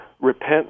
repent